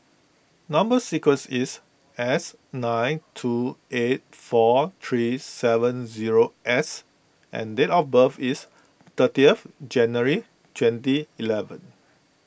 Number Sequence is S nine two eight four three seven zero S and date of birth is thirtieth January twenty eleven